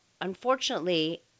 unfortunately